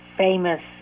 Famous